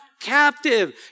captive